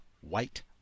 white